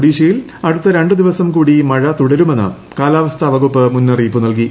ഒഡീഷയിൽ അടുത്ത രണ്ടുദിവസം കൂടി മഴ തുടരുമെന്ന് കാലാവസ്ഥാവകുപ്പ് മുന്നറിയിപ്പ് നൽകി